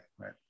right